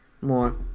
more